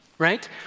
Right